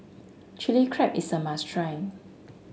Chilli Crab is a must try